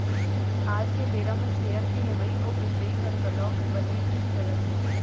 आज के बेरा म सेयर के लेवई अउ बेचई हर घलौक बनेच चलत हे